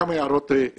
כמה הערות לסיום.